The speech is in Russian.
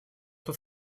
тот